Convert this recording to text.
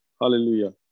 Hallelujah